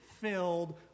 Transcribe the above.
filled